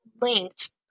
linked